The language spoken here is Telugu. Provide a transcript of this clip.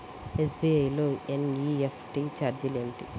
ఎస్.బీ.ఐ లో ఎన్.ఈ.ఎఫ్.టీ ఛార్జీలు ఏమిటి?